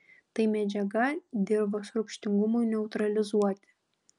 tai medžiaga dirvos rūgštingumui neutralizuoti